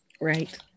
Right